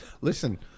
Listen